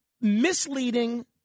misleading